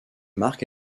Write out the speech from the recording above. marque